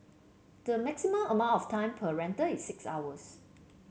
the maximum amount of time per rental is six hours